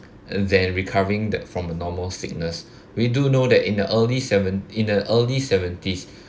and then recovering that from a normal sickness we do know that in the early seven in the early seventies